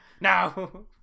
No